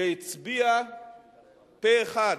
והצביעה פה-אחד,